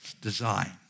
design